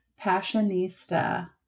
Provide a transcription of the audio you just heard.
*Passionista*